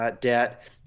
debt